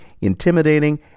intimidating